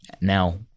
Now